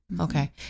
Okay